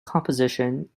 composition